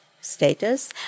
Status